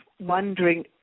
wondering